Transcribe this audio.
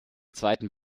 zweiten